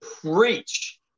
preach